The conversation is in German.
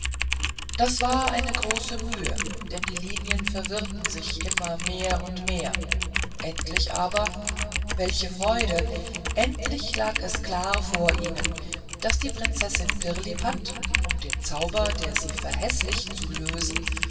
das war eine große mühe denn die linien verwirrten sich immer mehr und mehr endlich aber welche freude endlich lag es klar vor ihnen daß die prinzessin pirlipat um den zauber der sie verhäßlicht zu lösen